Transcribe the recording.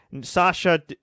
Sasha